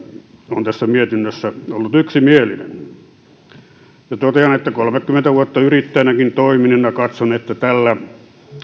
on tässä mietinnössä ollut yksimielinen ja totean että kolmekymmentä vuotta yrittäjänäkin toimineena katson että tällä